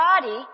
body